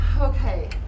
Okay